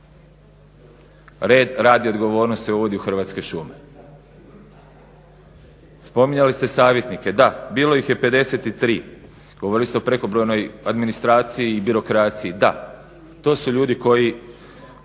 Red, rad i odgovornost se uvodi u Hrvatske šume. Spominjali ste savjetnike. Da, bilo ih je 53. Govorili ste o prekobrojnoj administraciji i birokraciji. Da, to su ljudi koji